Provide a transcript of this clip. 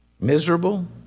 miserable